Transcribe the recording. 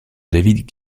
david